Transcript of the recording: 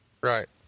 Right